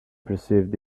perceived